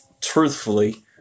truthfully